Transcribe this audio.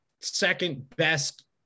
second-best